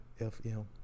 fm